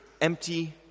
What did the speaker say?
empty